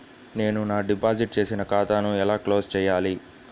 నేను నా డిపాజిట్ చేసిన ఖాతాను ఎలా క్లోజ్ చేయాలి?